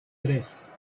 tres